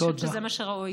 אני חושבת שזה מה שראוי.